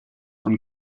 von